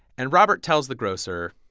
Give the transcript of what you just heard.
and robert tells the grocer.